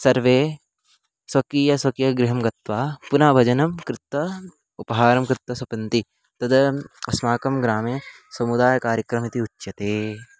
सर्वे स्वकीय स्वकीय गृहं गत्वा पुनः भजनं कृत्वा उपहारं कृत्वा स्वपन्ति तद् अस्माकं ग्रामे समुदायकार्यक्रमः इति उच्यते